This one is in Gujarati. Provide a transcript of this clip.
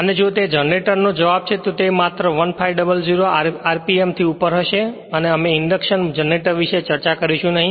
અને જો તે જનરેટર નો જવાબ છે તો તે માત્ર 1500 RMP થી ઉપર હશે અમે ઇન્ડક્શન જનરેટર વિશે ચર્ચા કરીશું નહીં